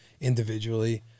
individually